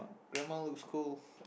grandma who scold